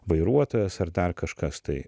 vairuotojas ar dar kažkas tai